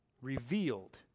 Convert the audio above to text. revealed